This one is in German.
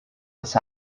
das